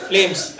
Flames